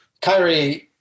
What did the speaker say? Kyrie